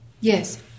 Yes